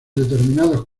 determinados